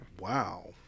Wow